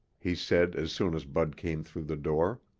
he said as soon as bud came through the door.